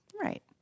Right